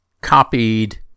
copied